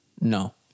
No